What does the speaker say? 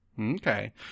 Okay